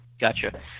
Gotcha